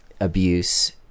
abuse